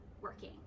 working